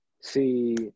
see